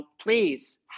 please